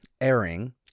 airing